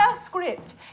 script